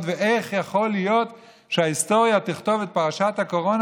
ואיך יכול להיות שכשההיסטוריה תכתוב את פרשת הקורונה